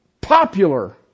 popular